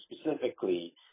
Specifically